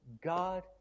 God